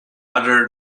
other